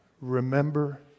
Remember